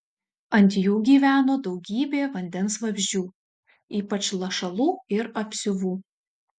ant jų gyveno daugybė vandens vabzdžių ypač lašalų ir apsiuvų